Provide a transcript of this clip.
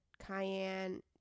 cayenne